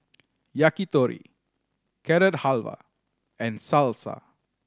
Yakitori Carrot Halwa and Salsa